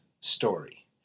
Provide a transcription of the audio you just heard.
story